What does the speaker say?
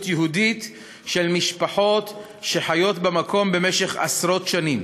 יהודית של משפחות שחיות במקום במשך עשרות שנים,